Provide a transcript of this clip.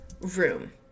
room